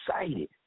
excited